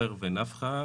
עופר ונפחא,